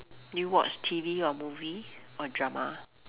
do you watch T_V or movie or drama